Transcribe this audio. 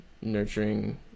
nurturing